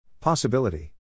Possibility